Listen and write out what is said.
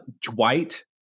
Dwight